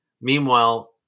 Meanwhile